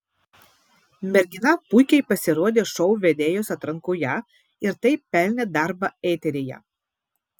mergina puikiai pasirodė šou vedėjos atrankoje ir taip pelnė darbą eteryje